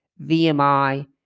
VMI